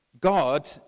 God